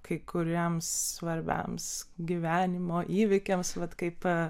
kai kuriems svarbiems gyvenimo įvykiams vat kaip